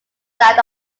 south